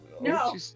No